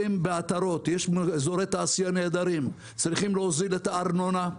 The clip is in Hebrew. בעטרות יש אזורי תעשייה נהדרים - צריכים להוזיל את הארנונה,